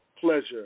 pleasure